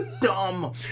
dumb